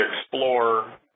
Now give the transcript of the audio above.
explore